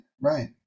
right